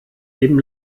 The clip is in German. eben